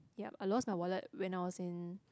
ya I lost my wallet when I was in